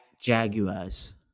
Jaguars